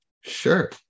Sure